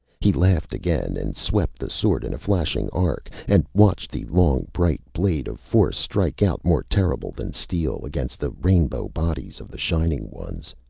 he laughed again, and swept the sword in a flashing arc and watched the long bright blade of force strike out more terrible than steel, against the rainbow bodies of the shining ones.